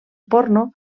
porno